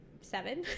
seven